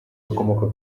bakomoka